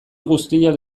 guztiak